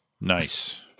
Nice